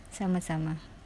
sama sama